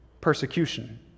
persecution